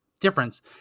difference